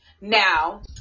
Now